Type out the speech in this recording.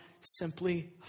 Simply